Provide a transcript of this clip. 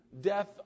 death